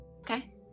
Okay